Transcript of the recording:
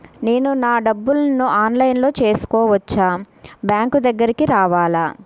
నేను నా డబ్బులను ఆన్లైన్లో చేసుకోవచ్చా? బ్యాంక్ దగ్గరకు రావాలా?